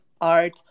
art